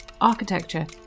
architecture